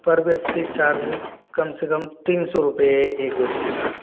पर व्यक्ति चार्ज कम से कम तीन सौ रुपये एक व्यक्ति का